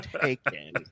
taken